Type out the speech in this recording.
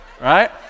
right